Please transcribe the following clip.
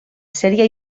sèrie